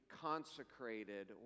consecrated